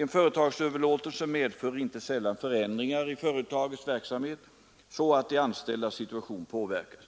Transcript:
En företagsöverlåtelse medför inte sällan förändringar i företagets verksamhet så att de anställdas situation påverkas.